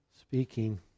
speaking